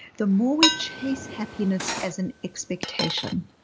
the more we chase happiness as an expectation,